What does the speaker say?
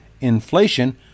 inflation